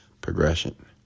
progression